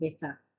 better